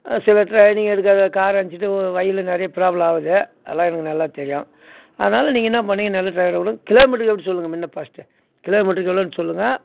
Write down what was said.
சும்மா ட்ரைனிங் எடுக்காத கார் அனுப்ச்சிட்டு ஒரு வழியில் நிறையா ப்ராப்லம் ஆகுது அதெல்லாம் எனக்கு நல்லா தெரியும் அதனாலே நீங்கள் என்ன பண்ணுங்க நல்ல டிரைவராக போட்டு கிலோமீட்டருக்கு எப்படி சொல்லுங்க முன்னே ஃபர்ஸ்டு கிலோமீட்டர்க்கு எவ்வளோனு சொல்லுங்க